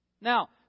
Now